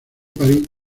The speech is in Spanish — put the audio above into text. parís